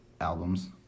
albums